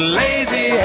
lazy